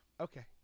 Okay